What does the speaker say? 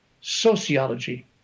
sociology